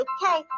Okay